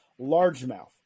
largemouth